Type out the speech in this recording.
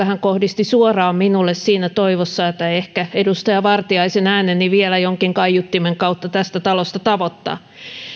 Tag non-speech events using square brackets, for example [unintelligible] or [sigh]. [unintelligible] hän kohdisti suoraan minulle siinä toivossa että ehkä ääneni edustaja vartiaisen vielä jonkin kaiuttimen kautta tästä talosta tavoittaa